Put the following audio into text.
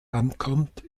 ankommt